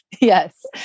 Yes